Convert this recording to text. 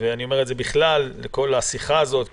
אני אומר את זה אפרופו ההערה שאמרה קודם עו"ד שטרנברג ממשרד המשפטים,